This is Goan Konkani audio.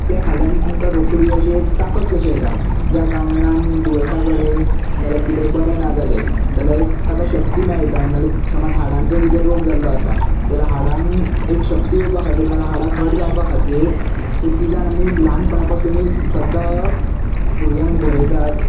तें खाल्ल्यान तुमकां रोखडी अशें ताकत कशी येता ज्या कारणान दुयेंसा कडेन ना जाल्यार कितें बरें ना जालें जाल्यार एक ताका शक्ती मेळटा ना जाल्यार समज हाडांचो जरी तर रोग जाल्लो आसा जाल्यार हाडांक एक शक्ती येवपा खातीर ना जाल्यार हाडां घट्ट जावपा खातीर तें तिझान आमी ल्हाणपणा पसुनूय सद्दां भुरग्यांक भरयतात